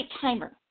Timer